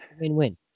Win-win